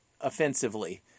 offensively